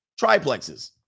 triplexes